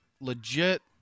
legit